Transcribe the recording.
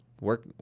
work